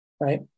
Right